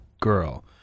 girl